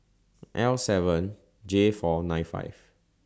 L seven J four nine five